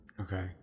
Okay